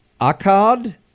Akkad